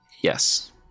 Yes